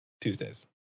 Tuesdays